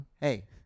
Hey